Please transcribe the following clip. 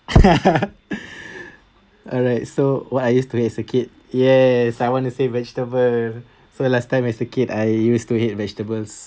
alright so what I used to hate a kid yes I want to say vegetable so last time as a kid I used to hate vegetables